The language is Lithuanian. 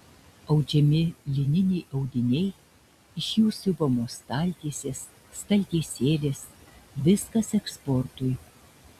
audžiami lininiai audiniai iš jų siuvamos staltiesės staltiesėlės viskas eksportui